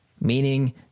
meaning